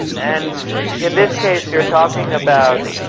and in this case you're talking about,